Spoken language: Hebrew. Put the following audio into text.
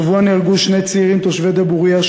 השבוע נהרגו שני צעירים תושבי דבורייה,